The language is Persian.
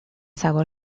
سوار